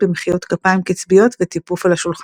במחיאות כפיים קצביות ותיפוף על השולחן.